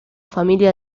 familia